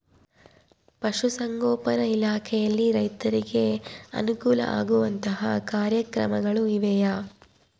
ಪಶುಸಂಗೋಪನಾ ಇಲಾಖೆಯಲ್ಲಿ ರೈತರಿಗೆ ಅನುಕೂಲ ಆಗುವಂತಹ ಕಾರ್ಯಕ್ರಮಗಳು ಇವೆಯಾ?